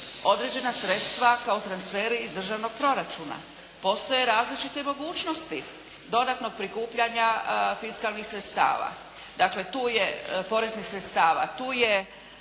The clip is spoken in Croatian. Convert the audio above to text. određena sredstva kao transferi iz državnog proračuna. Postoje različite mogućnosti dodatnog prikupljanja fiskalnih sredstava, poreznih sredstava. Dakle